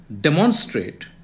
demonstrate